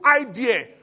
idea